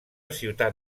ciutat